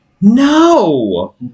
No